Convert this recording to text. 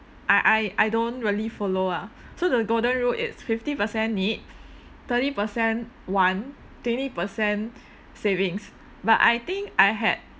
I I I don't really follow ah so the golden rule it's fifty percent need thirty percent want twenty percent savings but I think I had